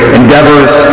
endeavors